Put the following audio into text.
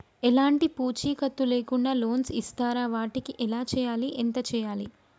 ఎలాంటి పూచీకత్తు లేకుండా లోన్స్ ఇస్తారా వాటికి ఎలా చేయాలి ఎంత చేయాలి?